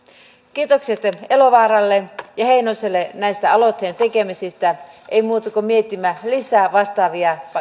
kiitokset elovaaralle ja heinoselle näiden aloitteiden tekemisestä ei muuta kuin miettimään lisää vastaavia